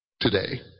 today